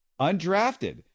undrafted